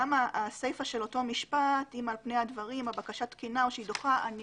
הסיפה של אותו משפט "אם על פני הדברים הבקשה תקינה או שהיא דוחה" אני